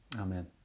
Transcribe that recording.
Amen